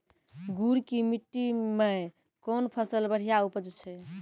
गुड़ की मिट्टी मैं कौन फसल बढ़िया उपज छ?